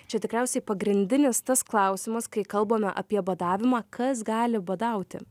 čia tikriausiai pagrindinis tas klausimas kai kalbame apie badavimą kas gali badauti